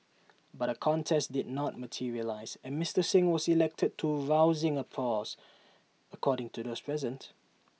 but A contest did not materialise and Mister Singh was elected to rousing applause according to those present